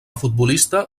futbolista